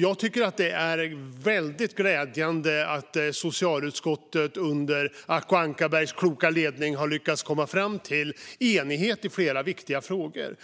Jag tycker att det är väldigt glädjande att socialutskottet under Acko Ankarbergs kloka ledning har lyckats enas i flera viktiga frågor.